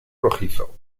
rojizo